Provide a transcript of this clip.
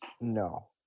No